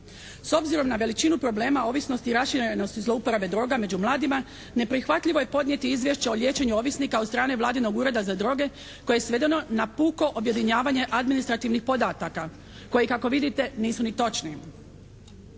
S obzirom na veličinu problema ovisnosti i raširenosti zlouporabe droga među mladima neprihvatljivo je podnijeti izvješće o liječenju ovisnika od strane vladinog Ureda za droge koje je svedeno na puko objedinjavanje administrativnih podataka koji kako vidite nisu ni točni.